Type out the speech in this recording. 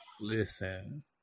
listen